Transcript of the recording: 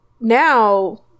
now